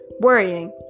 worrying